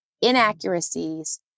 inaccuracies